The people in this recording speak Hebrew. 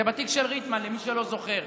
זה בתיק של ריטמן, למי שלא זוכר.